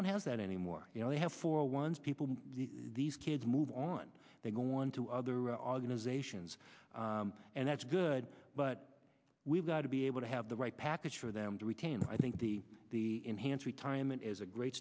one has that anymore you only have four once people these kids move on they go on to other organizations and that's good but we've got to be able to have the right package for them to retain i think the the enhanced retirement is a great